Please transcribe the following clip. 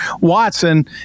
Watson